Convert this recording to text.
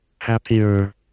happier